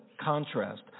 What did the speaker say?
contrast